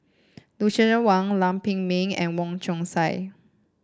Lucien Wang Lam Pin Min and Wong Chong Sai